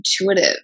intuitive